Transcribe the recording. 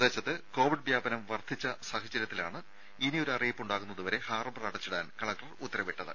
പ്രദേശത്ത് കോവിഡ് വ്യാപനം വർദ്ധിച്ച സാഹചര്യത്തിലാണ് ഇനിയൊരറിയിപ്പ് ഉണ്ടാകുന്നത് വരെ ഹാർബർ അടച്ചിടാൻ കലക്ടർ ഉത്തരവിട്ടത്